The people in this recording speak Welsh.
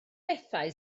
bethau